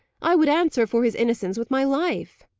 i would answer for his innocence with my life.